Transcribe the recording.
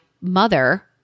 mother